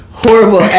Horrible